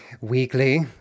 weekly